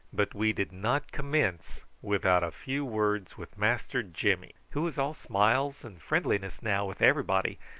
but we did not commence without a few words with master jimmy, who was all smiles and friendliness now with everybody,